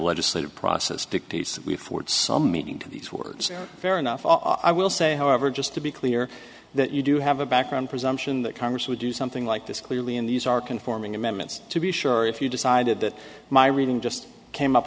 legislative process dictates that we afford some meaning to these words fair enough i will say however just to be clear that you do have a background presumption that congress would do something like this clearly in these are conforming amendments to be sure if you decided that my reading just came up